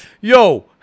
yo